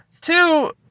Two